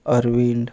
Arvind